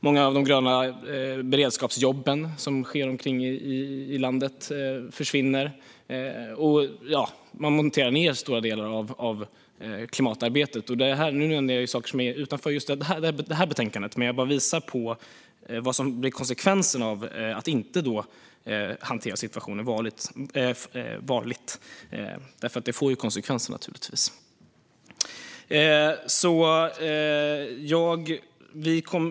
Många av de gröna beredskapsjobb som sker runt omkring i landet försvinner. Man monterar ned stora delar av klimatarbetet. Nu nämner jag saker som ligger utanför det här betänkandet. Jag visar på vad som blir konsekvenserna av att inte hantera situationen varligt. Det får naturligtvis konsekvenser.